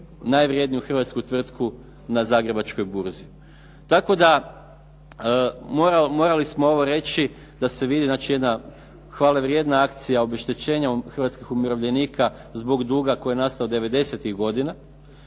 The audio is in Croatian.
najvrjedniju hrvatsku tvrtku na Zagrebačkoj burzi. Tako da morali smo ovo reći da se vidi, znači jedna hvale vrijedna akcija obeštećenja hrvatskih umirovljenika zbog duga koji je nastao 90-tih godina